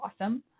awesome